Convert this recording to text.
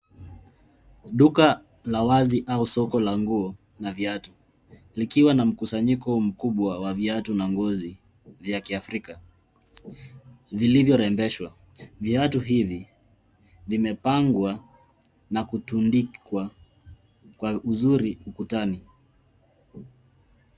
Duka la wazi au soko la nguo na viatu likiwa na mkusanyiko mkubwa wa viatu na ngozi vya kiafrika vilivyorembeshwa. Viatu hivi vimepangwa na kutundikwa kwa uzuri ukutani.